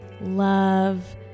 love